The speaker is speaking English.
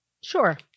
Sure